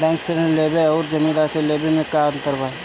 Bank से ऋण लेवे अउर जमींदार से लेवे मे का अंतर बा?